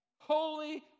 Holy